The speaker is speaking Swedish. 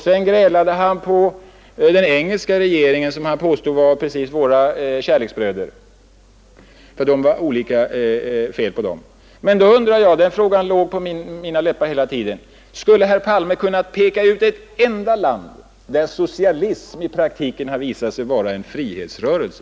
Sedan grälade han på den engelska regeringen, som han påstod var våra kärleksbröder, för det var olika fel på dem. Men då undrade jag, och den frågan låg på mina läppar hela tiden: Skulle herr Palme kunna peka ut ett enda land där socialism i praktiken visat sig vara en frihetsrörelse?